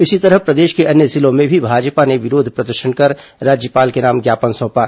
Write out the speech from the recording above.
इसी तरह प्रदेश के अन्य जिलों में भी भाजपा ने विरोध प्रदर्शन कर राज्यपाल के नाम ज्ञापन सौंपा